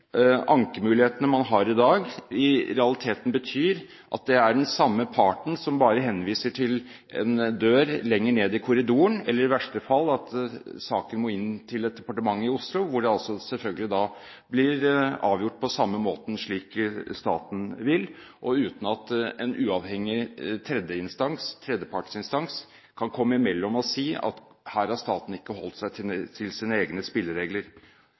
ankemulighetene man har i dag, i realiteten betyr at det er den samme parten som bare henviser til en dør lenger ned i korridoren. I verste fall må saken inn til et departement i Oslo, hvor det selvfølgelig blir avgjort på samme måten – slik staten vil – og uten at en uavhengig tredjepartsinstans kan komme imellom og si at her har ikke staten holdt seg til sine egne spilleregler.